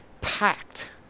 packed